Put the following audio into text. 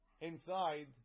inside